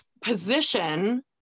position